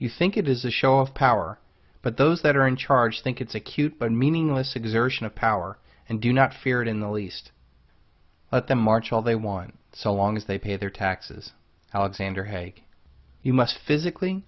you think it is a show of power but those that are in charge think it's a cute but meaningless exertion of power and do not fear it in the least at the march all they want so long as they pay their taxes alexander haig you must physically